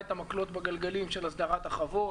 את המקלות בגלגלים של הסדרת החוות,